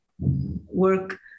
work